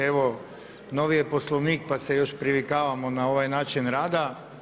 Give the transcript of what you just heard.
Evo novi je Poslovnik pa se još privikavamo na ovaj način rada.